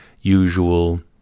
usual